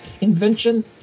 invention